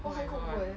oh my god